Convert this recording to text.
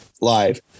Live